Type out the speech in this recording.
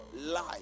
life